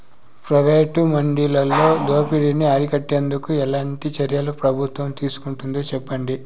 Private మండీలలో దోపిడీ ని అరికట్టేందుకు ఎట్లాంటి చర్యలు ప్రభుత్వం తీసుకుంటుందో చెప్పండి?